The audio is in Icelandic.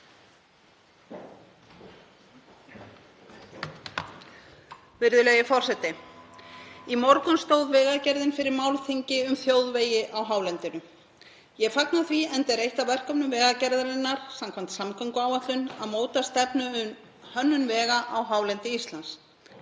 Virðulegi forseti. Í morgun stóð Vegagerðin fyrir málþingi um þjóðvegi á hálendinu. Ég fagna því enda er eitt af verkefnum Vegagerðarinnar samkvæmt samgönguáætlun að móta stefnu um hönnun vega á hálendi Íslands.